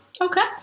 Okay